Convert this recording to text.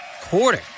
quarter